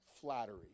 flattery